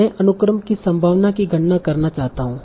मैं अनुक्रम की संभावना की गणना करना चाहता हूं